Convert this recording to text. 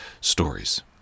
stories